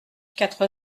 quatre